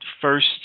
first